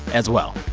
as well.